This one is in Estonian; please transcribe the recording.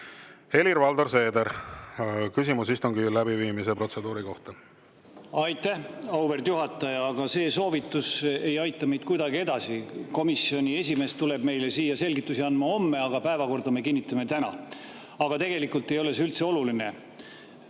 Helir-Valdor Seeder, küsimus istungi läbiviimise protseduuri kohta. Aitäh, auväärt juhataja! Aga see soovitus ei aita meid kuidagi edasi. Komisjoni [esindaja] tuleb meile siia selgitusi andma homme, aga päevakorra me kinnitame täna. Kuid tegelikult ei ole see üldse oluline.